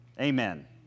Amen